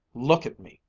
look at me!